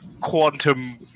quantum